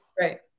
right